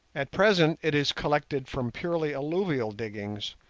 at present it is collected from purely alluvial diggings,